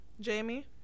Jamie